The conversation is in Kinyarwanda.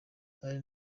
alain